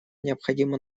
необходимо